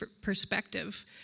perspective